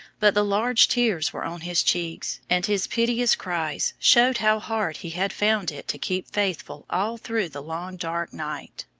but the large tears were on his cheeks, and his piteous cries showed how hard he had found it to keep faithful all through the long dark night.